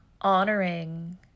honoring